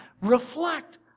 Reflect